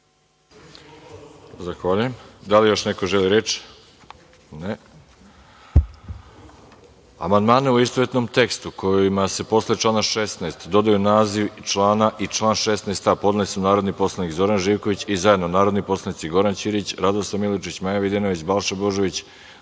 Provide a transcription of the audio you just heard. Zahvaljujem. Da li još neko želi reč? (Ne.)Amandmane, u istovetnom tekstu, kojima se posle člana 16. dodaje naziv člana i član 16a. podneli su narodni poslanik Zoran Živković i zajedno narodni poslanici Goran Ćirić, Radoslav Milojičić, Maja Videnović, Balša Božović,